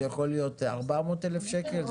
זה יכול להיות 400,000 שקל,